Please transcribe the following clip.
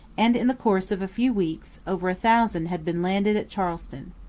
and in the course of a few weeks over a thousand had been landed at charleston.